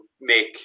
make